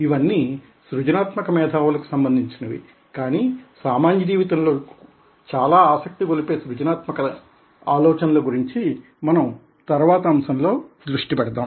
ఇవన్నీ సృజనాత్మక మేధావులకు సంబంధించినవి కానీ సామాన్య జీవితం లో చాలా ఆసక్తి గొలిపే సృజనాత్మక ఆలోచనల గురించి మనం తరువాత అంశంలో దృష్టి పెడతాము